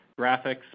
graphics